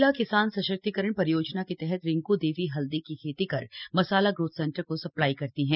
महिला किसान सशक्तिकरण परियोजना के तहत रिंकू देवी हल्दी की खेती कर मसाला ग्रोथ सेंटर को सप्लाई करती हैं